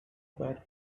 but